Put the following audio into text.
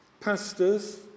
pastors